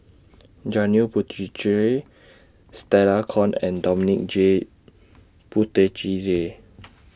Janil Puthucheary Stella Kon and Dominic J Puthucheary